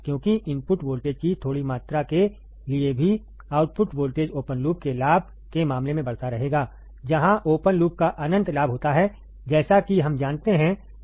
क्योंकि input voltage की थोड़ी मात्रा के लिए भी आउटपुट वोल्टेज ओपन लूप के लाभ के मामले में बढ़ता रहेगा जहां ओपन लूप का अनंत लाभ होता है जैसा कि हम जानते हैं